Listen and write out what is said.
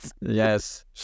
Yes